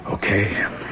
Okay